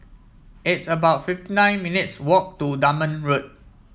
it's about fifty nine minutes' walk to Dunman Road